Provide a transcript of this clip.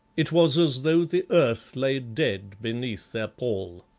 it was as though the earth lay dead beneath their pall.